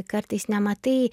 kartais nematai